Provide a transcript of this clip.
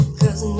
cause